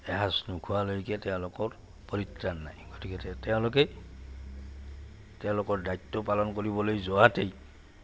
এসাঁজ নোখোৱালৈকে তেওঁলোকৰ পৰিত্ৰাণ নাই গতিক তেওঁলোকে তেওঁলোকৰ দায়িত্ব পালন কৰিবলৈ যোৱাতেই